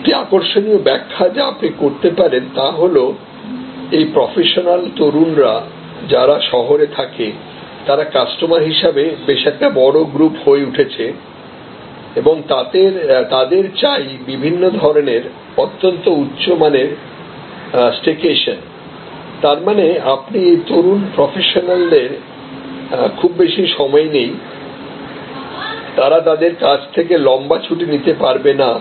একটি আকর্ষণীয় ব্যাখ্যা যা আপনি করতে পারেন তা হল এই প্রফেশনাল তরুণরা যারা শহরে থাকে তারা কাস্টমার হিসাবে বেশ একটা বড় গ্রুপ হয়ে উঠেছে এবং তাদের চাই বিভিন্ন ধরণের অত্যন্ত উচ্চমানের স্টেকেশন তার মানে আপনি এই তরুণ প্রফেশনালদের খুব বেশি সময় নেই তারা তাদের কাজ থেকে লম্বা ছুটি নিতে পারবে না